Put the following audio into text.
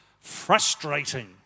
frustrating